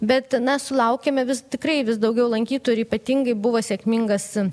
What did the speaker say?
bet na sulaukiame vis tikrai vis daugiau lankytojų ir ypatingai buvo sėkmingas